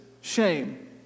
shame